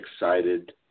excited